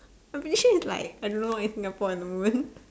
I'm pretty sure it's like I don't know what is Singapore at the moment